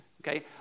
okay